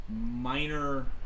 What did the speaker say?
minor